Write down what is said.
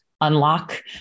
unlock